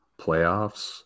playoffs